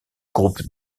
groupe